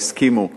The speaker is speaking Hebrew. שהסכימו.